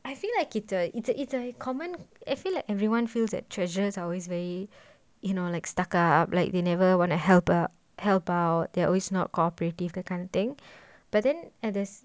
I feel like it's a it's a it's a common I feel like everyone feels at treasurers are always very you know like stuck up like they never want to help out help out there always not cooperative the kind of thing but then at the